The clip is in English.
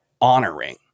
honoring